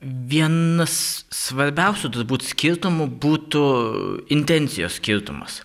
vienas svarbiausių tų turbūt skirtumų būtų intencijos skirtumas